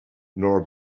nor